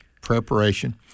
preparation